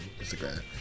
Instagram